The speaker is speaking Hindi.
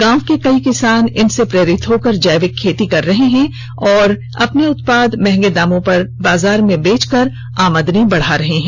गांव के कई किसान इनसे प्रेरित होकर जैविक खेती कर रहे हैं और अपने उत्पादों को महंगे दामों पर बाजार में बेचकर आमदनी बढ़ा रहे हैं